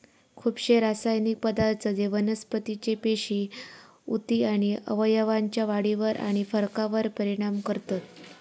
खुपशे रासायनिक पदार्थ जे वनस्पतीचे पेशी, उती आणि अवयवांच्या वाढीवर आणि फरकावर परिणाम करतत